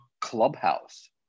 clubhouse